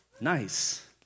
nice